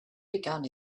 begun